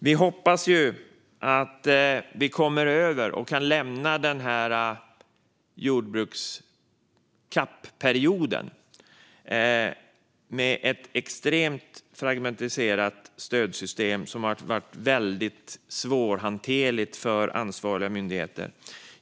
Vi hoppas att vi kan lämna jordbruks-CAP-perioden med ett extremt fragmentiserat stödsystem som har varit mycket svårhanterligt för ansvariga myndigheter.